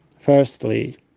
firstly